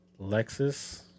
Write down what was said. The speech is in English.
Lexus